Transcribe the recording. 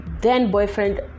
then-boyfriend